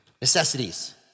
necessities